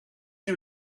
you